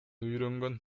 үйрөнгөн